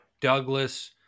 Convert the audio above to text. Douglas